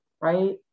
Right